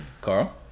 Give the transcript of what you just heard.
Carl